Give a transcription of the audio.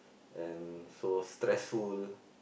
and so stressful